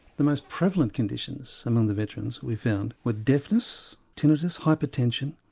the most prevalent conditions among the veterans we found were deafness, tinnitus, hypertension,